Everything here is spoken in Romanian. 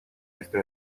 este